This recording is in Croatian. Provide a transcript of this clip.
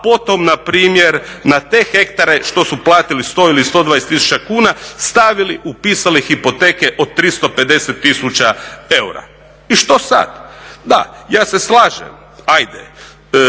a potom npr. na te hektare što su platili 100 ili 120 tisuća kuna stavili i upisali hipoteke od 350 tisuća eura. I što sad? Da, ja se slažem za